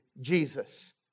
Jesus